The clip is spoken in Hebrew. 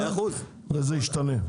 וזה ישתנה.